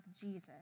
Jesus